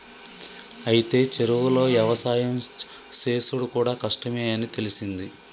అయితే చెరువులో యవసాయం సేసుడు కూడా కష్టమే అని తెలిసింది